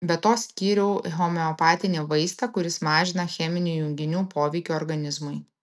be to skyriau homeopatinį vaistą kuris mažina cheminių junginių poveikį organizmui